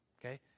Okay